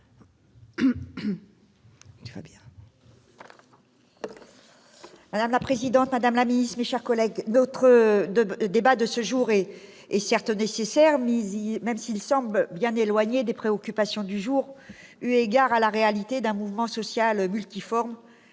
Madame la présidente, madame la secrétaire d'État, mes chers collègues, notre débat de ce jour est certes nécessaire, même s'il semble bien éloigné des préoccupations du jour, eu égard à la réalité d'un mouvement social multiforme